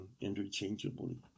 interchangeably